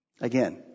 Again